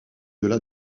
delà